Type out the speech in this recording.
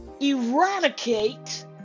eradicate